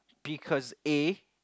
because a